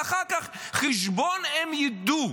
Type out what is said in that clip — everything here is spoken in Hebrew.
ואחר כך חשבון הם ידעו.